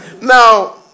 Now